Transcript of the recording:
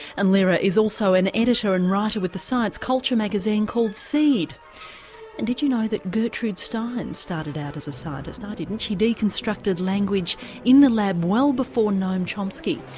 and lehrer is also an editor and writer with the science culture magazine called seed. and did you know that gertrude stein started out as a scientist, i didn't, she deconstructed language in the lab well before noam chomsky.